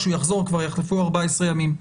כשהוא יחזור כבר יחלפו 14 ימים.